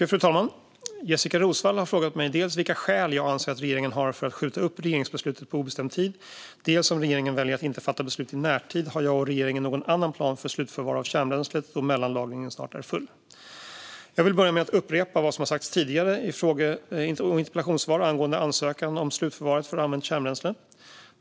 Fru talman! har frågat mig dels vilka skäl jag anser att regeringen har för att skjuta upp regeringsbeslutet på obestämd tid, dels - om regeringen väljer att inte fatta beslut i närtid - om jag och regeringen har någon annan plan för slutförvar av kärnbränslet då mellanlagret snart är fullt. Jag vill börja med att upprepa vad som sagts i tidigare fråge och interpellationssvar angående ansökan om slutförvar för använt kärnbränsle.